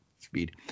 speed